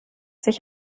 sich